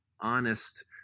honest